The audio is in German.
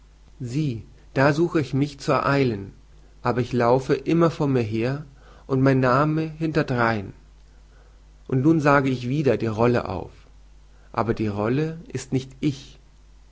sieh da suche ich mich zu ereilen aber ich lauf immer vor mir her und mein name hinterdrein und nun sage ich wieder die rolle auf aber die rolle ist nicht ich